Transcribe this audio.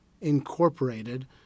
Incorporated